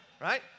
Right